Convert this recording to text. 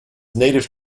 native